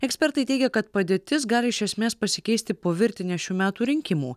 ekspertai teigia kad padėtis gali iš esmės pasikeisti po virtinės šių metų rinkimų